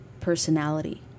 personality